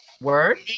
Word